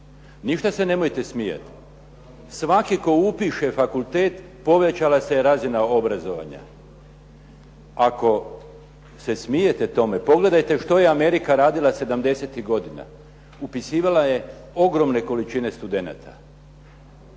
Ništa se nemojte smijati, svaki koji upiše fakultet, povećala se je razina obrazovanja. Ako se smijete tome, pogledajte što je Amerika radila 70.-tih godina, upisivala je ogromne količine studenata.